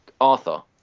Arthur